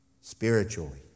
Spiritually